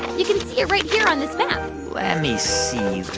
you can see it right here on this map let me see that.